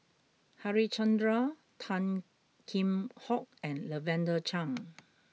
Harichandra Tan Kheam Hock and Lavender Chang